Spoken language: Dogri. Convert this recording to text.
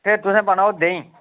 फिर तुसें पाना ओह देहीं